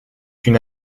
une